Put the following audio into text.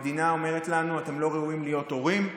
המדינה אומרת לנו: אתם לא ראויים להיות הורים.